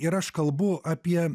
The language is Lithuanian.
ir aš kalbu apie